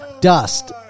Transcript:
Dust